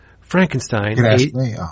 Frankenstein